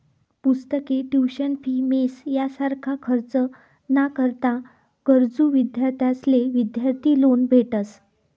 पुस्तके, tuition fee, mess यासारखा खर्च ना करता गरजू विद्यार्थ्यांसले विद्यार्थी लोन भेटस